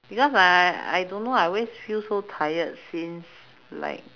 because I I I don't know I always feel so tired since like